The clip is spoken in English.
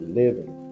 living